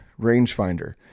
rangefinder